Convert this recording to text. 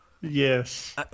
Yes